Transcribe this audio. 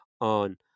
on